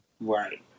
Right